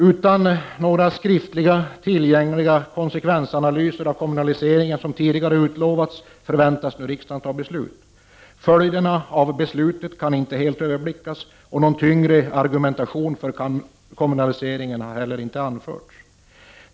Utan att några skriftliga tillgängliga konsekvensanalyser har gjorts av kommunaliseringen, vilket tidigare har utlovats, förväntas riksdagen nu fatta beslut. Följderna av beslutet kan inte helt överblickas. Någon tyngre argumentation för kommunaliseringen har inte heller anförts.